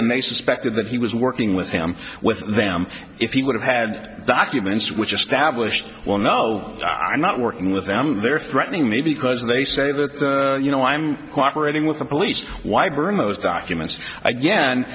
and they suspected that he was working with him with them if he would have had documents which established well no i'm not working with them they're threatening me because they say that you know i'm cooperated with the police why bring those documents again